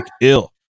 ill